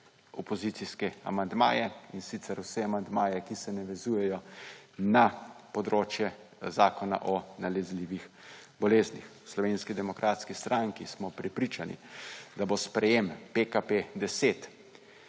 opozicijske amandmaje, in sicer vse amandmaje, ki se navezujejo na področje Zakona o nalezljivih boleznih. V Slovenski demokratski stranki smo prepričani, da bo sprejem PKP10